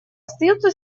остается